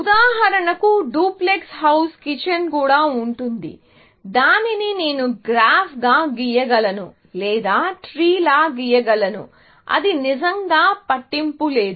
ఉదాహరణకు duplex house kitchen కూడా ఉంటుంది దానిని నేను గ్రాఫ్ గా గీయగలను లేదా ట్రీలా గీయగలను అది నిజంగా పట్టింపు లేదు